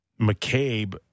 McCabe